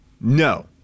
No